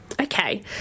Okay